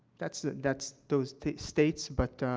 that's the that's those states, but,